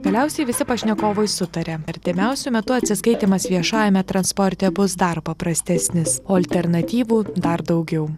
galiausiai visi pašnekovai sutaria artimiausiu metu atsiskaitymas viešajame transporte bus dar paprastesnis o alternatyvų dar daugiau